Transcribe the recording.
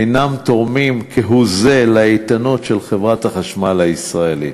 אינם תורמים כהוא זה לאיתנות של חברת חשמל הישראלית,